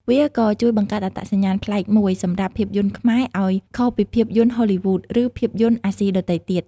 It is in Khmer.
វាក៏ជួយបង្កើតអត្តសញ្ញាណប្លែកមួយសម្រាប់ភាពយន្តខ្មែរឲ្យខុសពីភាពយន្តហូលីវូដ ឬភាពយន្តអាស៊ីដទៃទៀត។